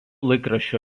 laikraščio